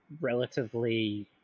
relatively